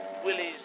Willie's